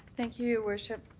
thank you, your worship.